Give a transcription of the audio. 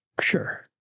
Sure